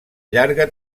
llarga